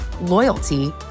loyalty